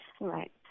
Right